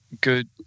good